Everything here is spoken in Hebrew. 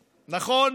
נכון,